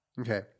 Okay